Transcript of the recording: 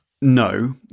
no